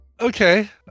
Okay